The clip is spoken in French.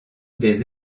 des